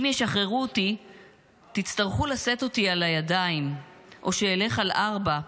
אם ישחררו אותי תצטרכו לשאת אותי על הידיים או שאלך על ארבע,